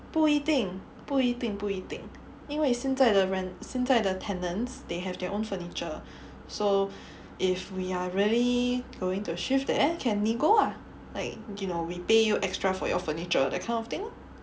不一定不定不一定因为现在的 rent 现在的 tenants they have their own furniture so if we are really going to shift the end can nego ah like you know you pay you extra for your furniture that kind of thing lor